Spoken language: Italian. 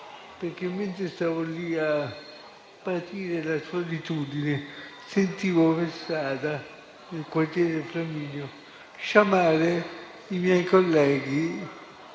perché mentre stavo lì a patire la solitudine, sentivo per strada, nel quartiere Flaminio, sciamare i miei colleghi,